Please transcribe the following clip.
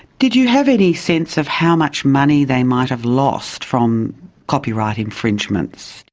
did you have any sense of how much money they might have lost from copyright infringements?